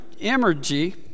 energy